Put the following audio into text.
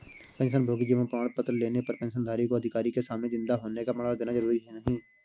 पेंशनभोगी जीवन प्रमाण पत्र लेने पर पेंशनधारी को अधिकारी के सामने जिन्दा होने का प्रमाण देना जरुरी नहीं